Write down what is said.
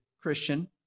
Christian